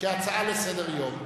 כהצעה לסדר-היום?